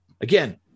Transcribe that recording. Again